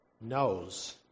knows